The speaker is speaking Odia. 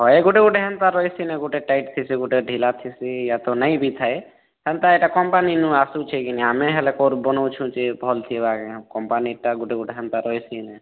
ହଏ ଗୋଟେ ଗୋଟେ ହେନ୍ତା ରହିସି ନା ଗୋଟେ ଟାଇଟ୍ ଥିସି ଗୋଟେ ଢିଲା ଥିସି ଆର୍ ତ ନାଇଁ ବି ଥାଏ ସେନ୍ତା ଏଟା କମ୍ପାନୀ ନି ଆସୁଛି ଆମେ ହେଲେ ବନେଉଛୁ ଯେ ଭଲ୍ ଥିବା ଯେ କମ୍ପାନୀଟା ହେନ୍ତା ଗୋଟେ ଗୋଟେ ରହିସି କାଁ